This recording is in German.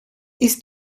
ist